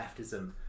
leftism